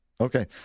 Okay